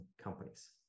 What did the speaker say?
companies